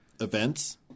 events